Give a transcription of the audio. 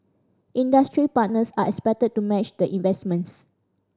industry partners are expected to match the investments